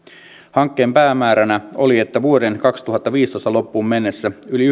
hankkeen päämääränä oli että vuoden kaksituhattaviisitoista loppuun mennessä yli